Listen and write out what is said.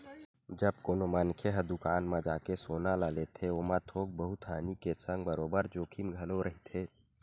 जब कोनो मनखे ह दुकान म जाके सोना ल लेथे ओमा थोक बहुत हानि के संग बरोबर जोखिम घलो रहिथे